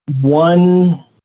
one